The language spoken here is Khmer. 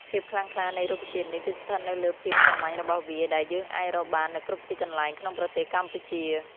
ភាពខ្លាំងក្លានៃរុក្ខជាតិនេះគឺស្ថិតនៅលើភាពសាមញ្ញរបស់វាដែលយើងអាចរកបាននៅគ្រប់ទីកន្លែងក្នុងប្រទេសកម្ពុជា។